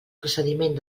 procediment